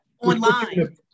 online